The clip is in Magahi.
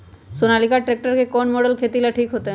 सोनालिका ट्रेक्टर के कौन मॉडल खेती ला ठीक होतै?